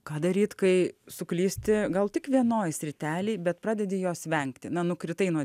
ką daryt kai suklysti gal tik vienoj sritelėj bet pradedi jos vengti na nukritai nuo